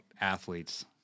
athletes